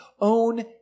own